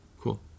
Cool